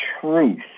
truth